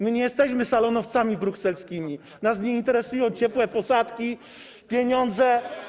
My nie jesteśmy salonowcami brukselskimi, nas nie interesują ciepłe posadki, pieniądze.